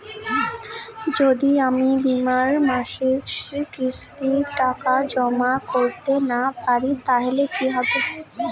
যদি আমি বীমার মাসিক কিস্তির টাকা জমা করতে না পারি তাহলে কি হবে?